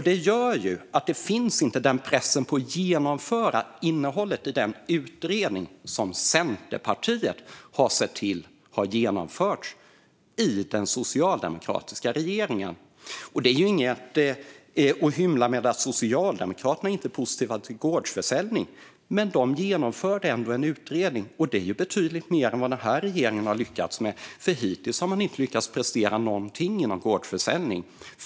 Det gör att det inte finns en press på att genomföra innehållet i den utredning som Centerpartiet har sett till har blivit genomförd av den socialdemokratiska regeringen. Det är inget att hymla med att Socialdemokraterna inte är positiva till gårdsförsäljning. Men de genomförde ändå en utredning, och det är betydligt mer än vad denna regering har lyckats med. Hittills har man inte lyckats prestera någonting när det gäller gårdsförsäljning.